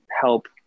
help